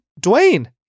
Dwayne